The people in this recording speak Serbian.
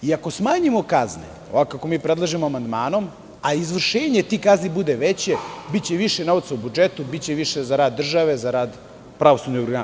Ako smanjimo kazne, ovako kako mi predlažemo amandmanom, a izvršenje tih kazni bude veće, biće više novca u budžetu, biće više za rad države, za rad pravosudnih organa.